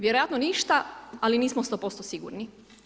Vjerojatno ništa ali nismo 100% sigurni.